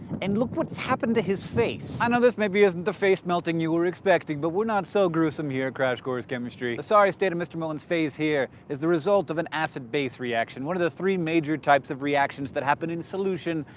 and look what's happened to his face. i know this maybe isn't the face melting you were expecting, but we're not so gruesome here at crash course chemistry. the sorry state of mr. mullen's face here is the result of an acid-base reaction, one of the three major types of reactions that happen in solution,